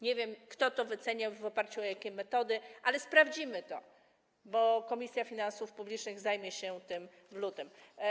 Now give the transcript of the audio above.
Nie wiem, kto to wyceniał i w oparciu o jakie metody, ale sprawdzimy to, bo Komisja Finansów Publicznych zajmie się tym w lutym.